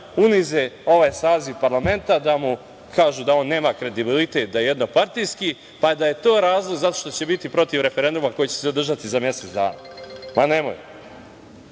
unize ovaj saziv parlamenta, da mu kažu da on nema kredibilitet, da je jednopartijski, pa da je to razlog zato što će biti protiv referenduma koji će se održati za mesec dana. Govorite